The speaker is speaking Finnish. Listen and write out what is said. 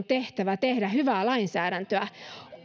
tehtävä tehdä hyvää lainsäädäntöä